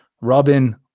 robin